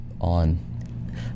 on